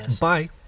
Bye